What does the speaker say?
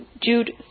Jude